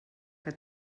que